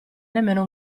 nemmeno